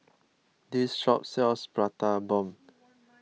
this shop sells Prata Bomb